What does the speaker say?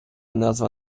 назва